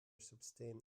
sustain